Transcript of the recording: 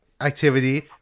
activity